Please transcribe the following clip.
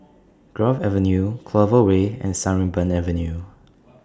Grove Avenue Clover Way and Sarimbun Avenue